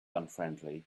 unfriendly